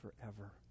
forever